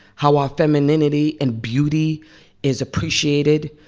how our femininity and beauty is appreciated,